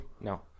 No